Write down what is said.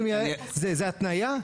זו התניה?